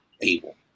able